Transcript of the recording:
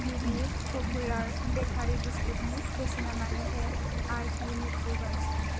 बिबि प'पुलार बेकारि बिस्कुटनि बेसेना मानो एम आर पि निख्रुइ बांसिन